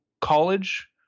college